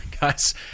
Guys